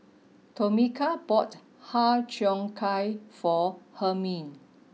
Tomeka bought Har Cheong Gai for Hermine